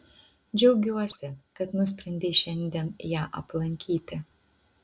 džiaugiuosi kad nusprendei šiandien ją aplankyti